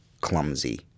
clumsy